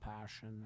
passion